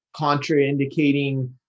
contraindicating